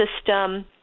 system